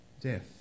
death